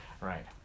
Right